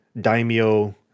daimyo